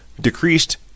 Decreased